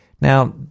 Now